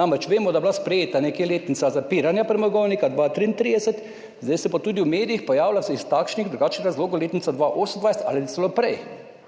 Namreč, vemo, da je bila sprejeta letnica zapiranja premogovnika 2033, zdaj se pa tudi v medijih pojavlja iz takšnih in drugačnih razlogov letnica 2028 ali celo prej.